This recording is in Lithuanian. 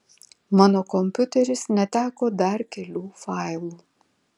mano kompiuteris neteko dar kelių failų